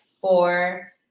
four